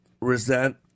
resent